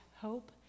hope